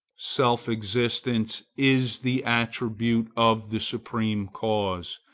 self-existence is the attribute of the supreme cause,